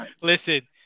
Listen